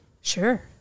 Sure